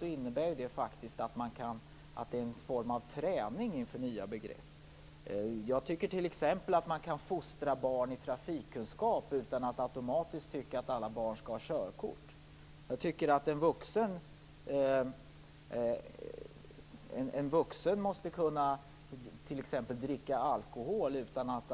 Det innebär faktiskt en form av träning inför nya begrepp. Jag tycker t.ex. att man kan fostra barn i trafikkunskap utan att automatiskt tycka att alla barn skall ha körkort. En vuxen måste kunna dricka alkohol utan att